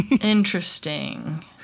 Interesting